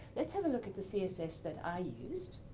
let's have a look at the css that i used.